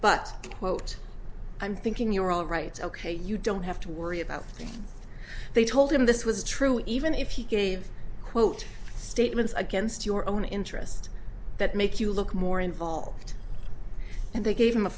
but quote i'm thinking you're all right ok you don't have to worry about they told him this was true even if he gave quote statements against your own interest that make you look more involved and they gave him a